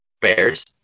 Bears